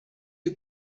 you